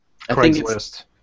Craigslist